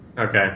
Okay